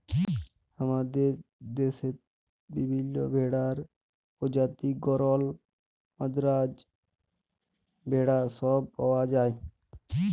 হামাদের দশেত বিভিল্য ভেড়ার প্রজাতি গরল, মাদ্রাজ ভেড়া সব পাওয়া যায়